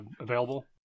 available